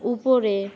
উপরে